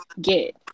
get